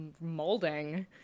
molding